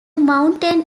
mountain